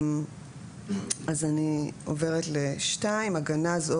אני עוברת ל-2 (2)הגנז,